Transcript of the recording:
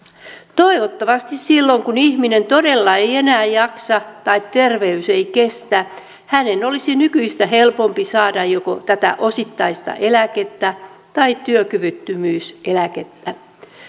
toivottavasti silloin kun ihminen todella ei enää jaksa tai terveys ei kestä hänen olisi nykyistä helpompi saada joko tätä osittaista eläkettä tai työkyvyttömyyseläkettä